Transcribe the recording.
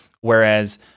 whereas